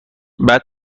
بعد